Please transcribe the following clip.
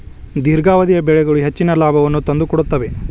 ದೇರ್ಘಾವಧಿಯ ಬೆಳೆಗಳು ಹೆಚ್ಚಿನ ಲಾಭವನ್ನು ತಂದುಕೊಡುತ್ತವೆ